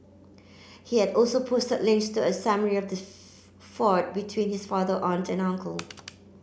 he had also posted links to a summary of the feud between his father aunt and uncle